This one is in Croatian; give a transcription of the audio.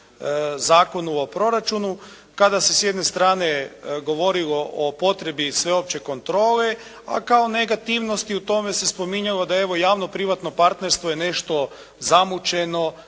Zakonu o proračunu, kada se s jedne strane govorilo o potrebi sveopće kontrole, a kao negativnosti u tome se spominjalo da evo javno-privatno partnerstvo je nešto zamućeno,